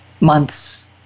months